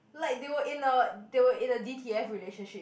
like they were in a they were in a D_T_F relationship